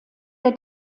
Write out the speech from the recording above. der